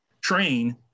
train